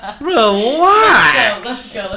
Relax